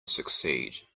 succeed